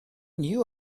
knew